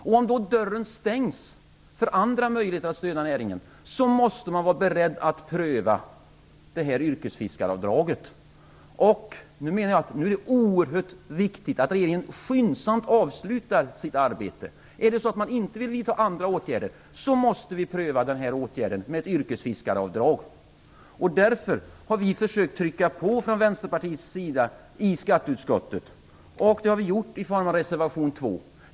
Om då dörren stängs för andra möjligheter att stödja näringen måste man vara beredd att pröva det här yrkesfiskeavdraget. Det är oerhört viktigt att regeringen skyndsamt avslutar sitt arbete. Är det så att man inte vill vidta andra åtgärder måste vi pröva den här åtgärden. Därför har vi från Vänsterpartiets sida försökt trycka på i skatteutskottet. Det har vi gjort i form av reservation 2.